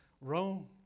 Rome